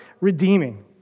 redeeming